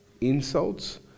insults